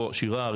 שירה,